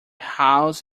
house